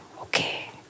okay